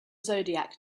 zodiac